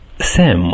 Sam